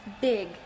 big